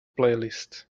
playlist